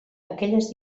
aquelles